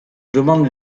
demande